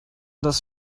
das